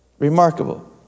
Remarkable